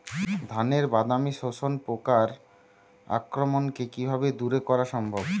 ধানের বাদামি শোষক পোকার আক্রমণকে কিভাবে দূরে করা সম্ভব?